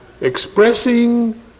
expressing